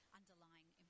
underlying